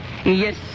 Yes